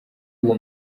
uwo